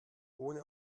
ohne